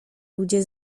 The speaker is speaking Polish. ludzie